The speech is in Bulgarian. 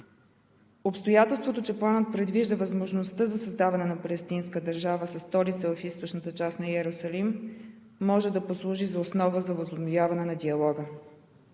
Обстоятелството, че планът предвижда възможността за създаване на палестинска държава със столица в източната част на Йерусалим, може да послужи за основа за възобновяване на диалога.